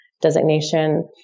designation